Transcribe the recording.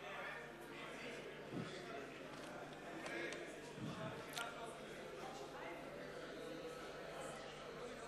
הצעת הסיכום שהביא חבר הכנסת אחמד טיבי לא נתקבלה.